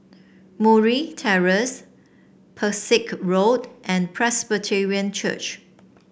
Murray Terrace Pesek Road and Presbyterian Church